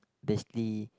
basically